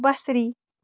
بصری